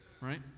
right